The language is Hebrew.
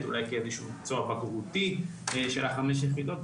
אולי כאיזשהו מקצוע בגרותי של החמש יחידות,